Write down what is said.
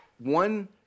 one